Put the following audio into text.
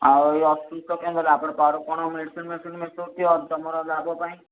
ଆଉ ଏ ଅସୁସ୍ଥ ହେଲେ ଆପଣ କାହାର କଣ ମେଡ଼ିସିନ୍ ଫେଡ଼ିସିନ ମିଶଉଥିବେ ତମର ଲାଭ ପାଇଁ